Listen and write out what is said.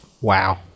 Wow